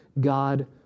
God